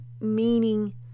meaning